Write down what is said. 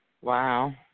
Wow